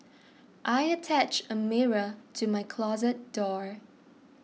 I attached a mirror to my closet door